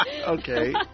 Okay